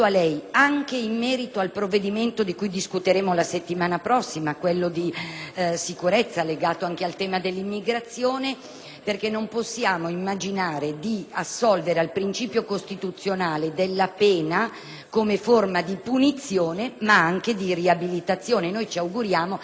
sicurezza legato anche al tema dell'immigrazione, non possiamo immaginare di assolvere al principio costituzionale della pena come forma di punizione e non anche di riabilitazione. Ci auguriamo che funzioni soprattutto la parte rieducativa.